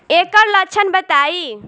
ऐकर लक्षण बताई?